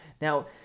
Now